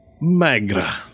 Magra